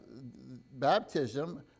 baptism